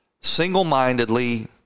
single-mindedly